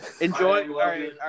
Enjoy